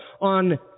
on